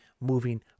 moving